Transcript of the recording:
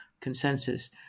consensus